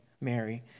Mary